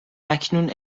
اکنون